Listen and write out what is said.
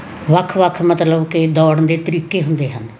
ਵੱਖ ਵੱਖ ਮਤਲਬ ਕਿ ਦੌੜਨ ਦੇ ਤਰੀਕੇ ਹੁੰਦੇ ਹਨ